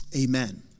Amen